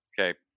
Okay